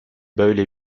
böyle